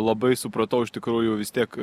labai supratau iš tikrųjų vis tiek